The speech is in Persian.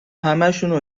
همشونو